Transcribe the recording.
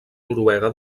noruega